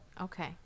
okay